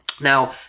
Now